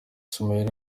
ismael